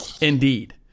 Indeed